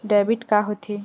Debit का होथे?